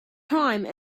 time